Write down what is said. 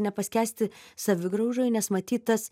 nepaskęsti savigraužoj nes matyt tas